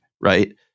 right